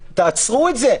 תעצרו את זה.